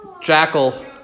Jackal